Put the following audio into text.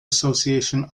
association